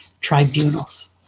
tribunals